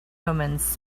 omens